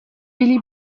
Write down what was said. billy